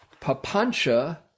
Papancha